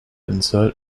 insert